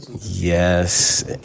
yes